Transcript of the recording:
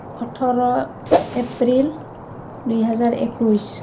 ওঠৰ এপ্ৰিল দুহেজাৰ একৈছ